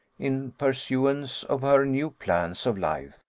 in pursuance of her new plans of life,